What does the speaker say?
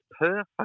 perfect